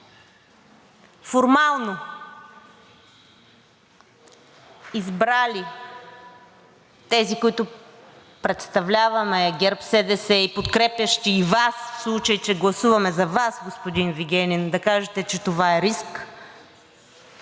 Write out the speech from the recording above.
формално избрали тези, които представляваме ГЕРБ-СДС и подкрепящи и Вас, в случай че гласуваме за Вас, господин Вигенин, да кажете, че това е риск